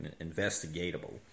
investigatable